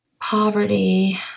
poverty